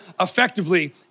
effectively